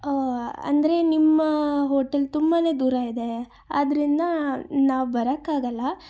ಅಂದರೆ ನಿಮ್ಮ ಹೋಟೆಲ್ ತುಂಬಾ ದೂರ ಇದೆ ಆದ್ದರಿಂದ ನಾವು ಬರೋಕ್ಕಾಗಲ್ಲ